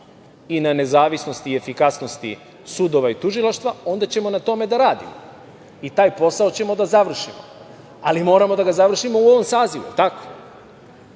i na nezavisnosti i efikasnosti sudova i tužilaštva, onda ćemo na tome da radimo i taj posao ćemo da završimo, ali moramo da ga završimo u ovom sazivu. Je